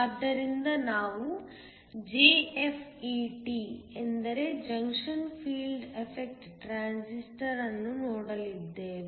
ಆದ್ದರಿಂದ ನಾವು JFET ಎಂದರೆ ಜಂಕ್ಷನ್ ಫೀಲ್ಡ್ ಎಫೆಕ್ಟ್ ಟ್ರಾನ್ಸಿಸ್ಟರ್ ಅನ್ನು ನೋಡಲಿದ್ದೇವೆ